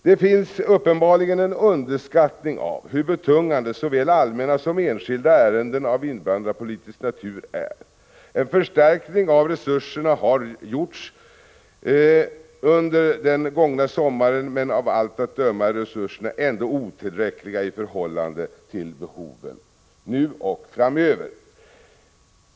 Det finns uppenbarligen en underskattning av hur betungande såväl allmänna som enskilda ärenden av invandrarpolitisk natur är. En förstärkning av resurserna har gjorts under den gångna sommaren, men av allt att döma är resurserna ändå otillräckliga i förhållande till behoven nu och framöver.